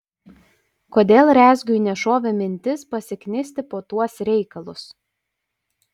kodėl rezgiui nešovė mintis pasiknisti po tuos reikalus